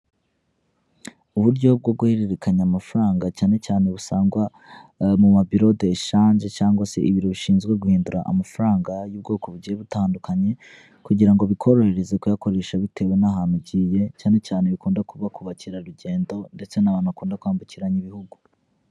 Uburyo bwo guhererekanya amafaranga cyane cyane busangwa, mu mabiro de shanje cyangwa se ibiro bishinzwe guhindura amafaranga y'ubwoko bugiye butandukanye, kugira ngo bikorohereze kuyakoresha bitewe n'ahantu ugiye, cyane cyane bikunze kuba ku bakerarugendo ndetse n'abantu bakunda kwambukiranya ibihugu.